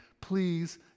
Please